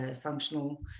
functional